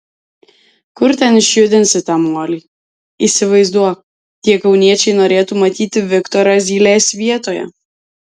kur ten išjudinsi tą molį įsivaizduok tie kauniečiai norėtų matyti viktorą zylės vietoje